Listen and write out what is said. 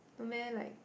no meh like